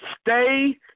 Stay